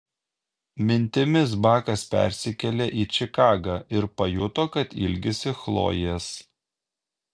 mintimis bakas persikėlė į čikagą ir pajuto kad ilgisi chlojės